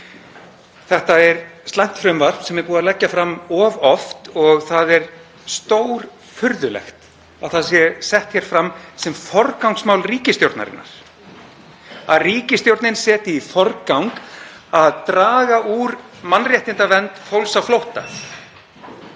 Þetta er slæmt frumvarp sem er búið að leggja fram of oft og það er stórfurðulegt að það sé sett hér fram sem forgangsmál ríkisstjórnarinnar, að ríkisstjórnin setji í forgang að draga úr mannréttindavernd fólks á flótta.